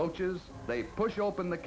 roaches they push open the